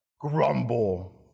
grumble